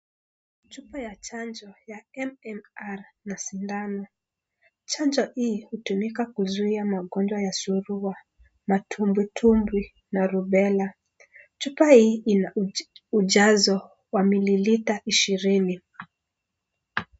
Chupa ya chanjo ya MMR na sindano, chanjo hii hutumika kuzuia magonjwa ya surua matumbwi tumbwi na rubela chupa hii una ujazo wa mililita shirini.